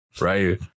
right